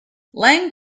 lang